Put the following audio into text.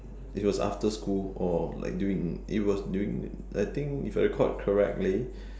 it was after school or like during it was during I think if I recalled correct